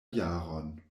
jaron